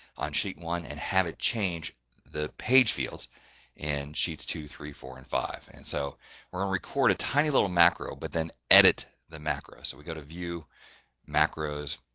on sheet one and have it, change the page fields and sheets two three four and five and so we're gonna record a tiny little macro. but then edit the macro. so, we go to view macros,